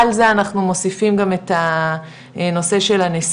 על זה אנחנו מוסיפים גם את הנושא של הנסיעות,